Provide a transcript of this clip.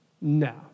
no